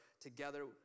together